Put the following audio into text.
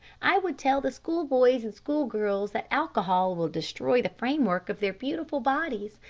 i would tell the schoolboys and schoolgirls that alcohol will destroy the framework of their beautiful bodies,